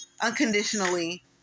unconditionally